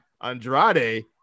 Andrade